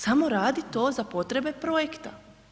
Samo radi to za potrebe projekta.